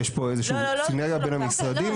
יש פה איזושהי סינרגיה בין המשרדים.